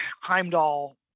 Heimdall